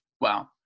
Wow